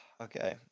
Okay